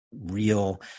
real